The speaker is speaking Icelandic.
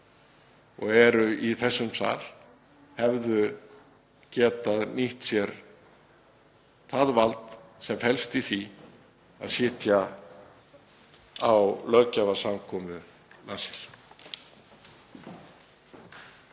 og eru í þessum sal hefðu getað nýtt sér það vald sem felst í því að sitja á löggjafarsamkomu